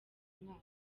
mwaka